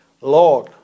Lord